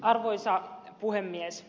arvoisa puhemies